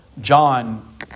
John